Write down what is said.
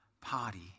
party